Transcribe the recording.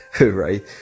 right